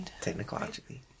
technologically